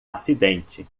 acidente